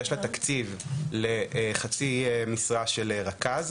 יש לה תקציב לחצי משרה של רכז,